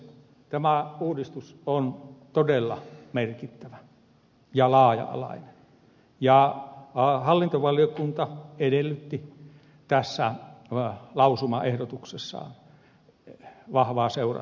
tämä uudistus on todella merkittävä ja laaja alainen ja hallintovaliokunta edellytti tässä lausumaehdotuksessaan vahvaa seurantaa